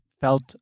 felt